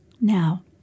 Now